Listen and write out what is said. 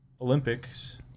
Olympics